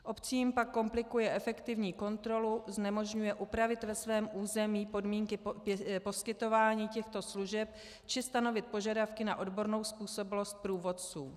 Obcím pak komplikuje efektivní kontrolu, znemožňuje upravit ve svém území podmínky poskytování těchto služeb či stanovit požadavky na odbornou způsobilost průvodců.